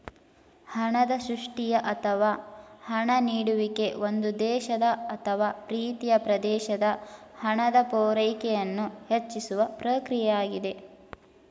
ಹಣದ ಸೃಷ್ಟಿಯ ಅಥವಾ ಹಣ ನೀಡುವಿಕೆ ಒಂದು ದೇಶದ ಅಥವಾ ಪ್ರೀತಿಯ ಪ್ರದೇಶದ ಹಣದ ಪೂರೈಕೆಯನ್ನು ಹೆಚ್ಚಿಸುವ ಪ್ರಕ್ರಿಯೆಯಾಗಿದೆ